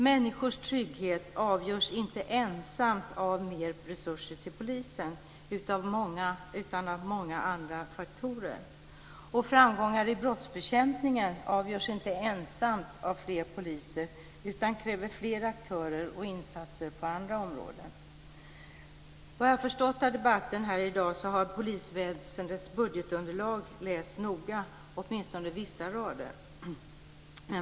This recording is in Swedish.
Människors trygghet avgörs inte ensamt av mer resurser till polisen, utan också av många andra faktorer. Framgång med brottsbekämpning avgörs inte ensamt av fler poliser, utan det kräver fler aktörer och insatser på andra områden. Jag har förstått av debatten här i dag att polisväsendets budgetunderlag har lästs noga - åtminstone vissa rader.